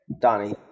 Donnie